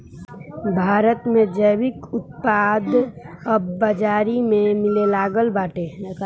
भारत में जैविक उत्पाद अब बाजारी में मिलेलागल बाटे